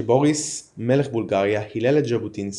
כשבוריס מלך בולגריה הלל את ז'בוטינסקי,